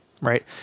right